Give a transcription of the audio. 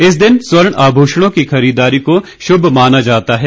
इस दिन स्वर्ण आभूषणों की खरीददारी को शुभ माना जाता है